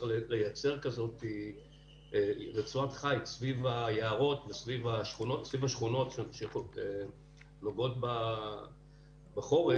שצריך לייצר רצועת חיץ סביב היערות וסביב השכונות שנוגעות בחורש,